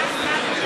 עושים.